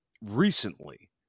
recently